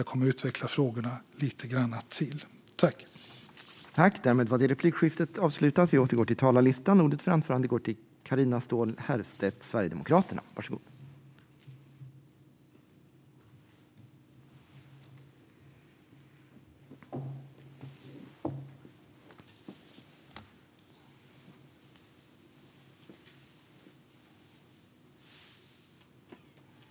Då kommer jag att utveckla frågorna ytterligare lite grann.